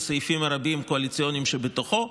בסעיפים הקואליציוניים הרבים שבתוכו,